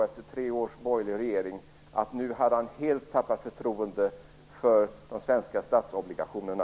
Efter tre års borgerlig regering förklarade han att han helt tappat förtroende för de svenska statsobligationerna.